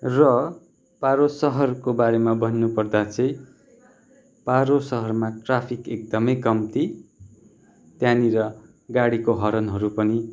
र पारो सहरको बारेमा भन्नुपर्दा चाहिँ पारो सहरमा ट्राफिक एकदमै कम्ती त्यहाँनिर गाडीको हर्नहरू पनि